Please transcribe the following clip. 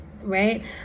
right